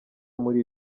muri